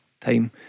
time